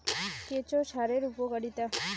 কেঁচো সারের উপকারিতা?